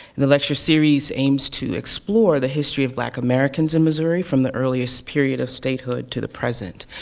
the lecture series aims to explore the history of black americans in missouri from the earliest period of statehood to the present.